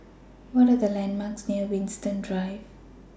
What Are The landmarks near Winstedt Drive